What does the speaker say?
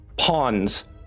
Pawns